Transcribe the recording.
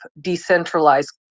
decentralized